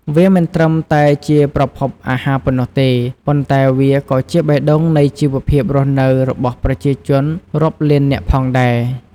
វាមិនត្រឹមតែជាប្រភពអាហារប៉ុណ្ណោះទេ ប៉ុន្តែវាក៏ជាបេះដូងនៃជីវភាពរស់នៅរបស់ប្រជាជនរាប់លាននាក់ផងដែរ។